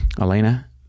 Elena